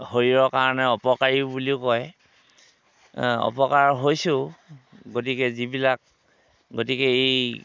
শৰীৰৰ কাৰণে অপকাৰী বুলিও কয় অপকাৰ হৈছেও গতিকে যিবিলাক গতিকে এই